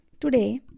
today